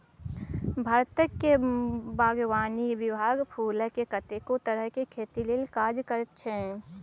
भारतक बागवानी विभाग फुलक कतेको तरहक खेती लेल काज करैत छै